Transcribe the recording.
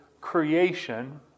creation